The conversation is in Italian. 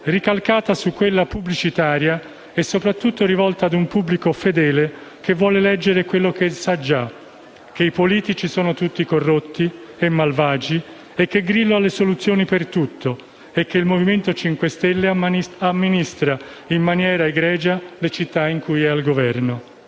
ricalcata su quella pubblicitaria e soprattutto rivolta ad un pubblico fedele che vuole leggere quello che sa già, e cioè che: i politici sono tutti corrotti e malvagi e che Grillo ha le soluzioni per tutto, e che il Movimento 5 Stelle amministra in maniera egregia le città in cui è al governo.